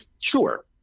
Sure